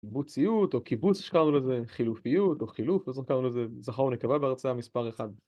קיבוציות או קיבוץ, איך שקראנו לזה, חילופיות או חילוף, איך שקראנו לזה, זכר או נקבה בהרצאה מספר אחד